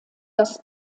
das